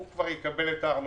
הוא כבר יקבל את הארנונה.